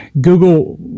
Google